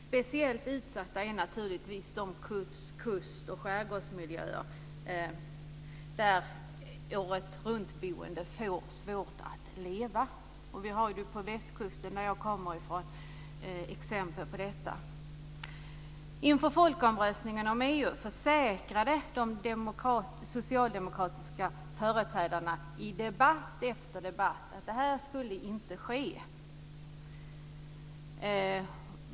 Speciellt utsatta är naturligtvis kust och skärgårdsmiljöerna där åretruntboende får det svårt att leva. Vi har på Västkusten, där jag kommer ifrån, exempel på detta. Inför folkomröstningen om EU försäkrade de socialdemokratiska företrädarna i debatt efter debatt att det här inte skulle ske.